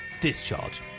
Discharge